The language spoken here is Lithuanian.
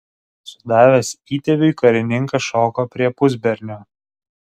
sudavęs įtėviui karininkas šoko prie pusbernio